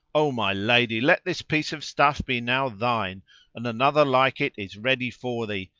o my lady, let this piece of stuff be now thine and another like it is ready for thee,